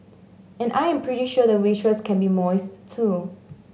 and I'm pretty sure the waitress can be moist too